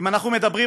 ויבואו גם לכבד אותך.